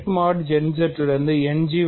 Z mod n Z இலிருந்து End G